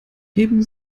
heben